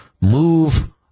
move